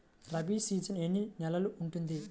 Rabi season ఎన్ని నెలలు ఉంటుంది?